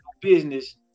business